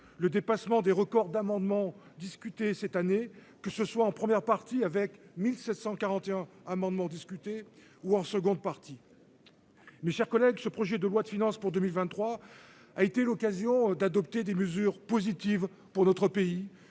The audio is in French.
le dépassement des records d'amendements discutés cette année que ce soit en première partie avec 1741 amendements discutés ou en seconde partie. Mes chers collègues, ce projet de loi de finances pour 2023 a été l'occasion d'adopter des mesures positives pour notre pays